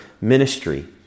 ministry